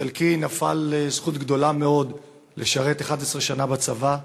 בחלקי נפלה זכות גדולה מאוד לשרת 11 שנה בצבא,